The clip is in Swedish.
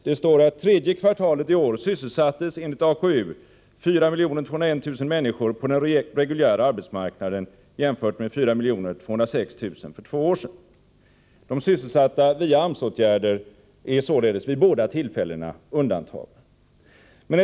Där står: ”Tredje kvartalet i år sysselsattes enligt AKU 4 201 000 människor på den reguljära arbetsmarknaden jämfört med 4 206 000 för två år sedan.” De som sysselsatts genom AMS-åtgärder är således vid båda tillfällena undantagna.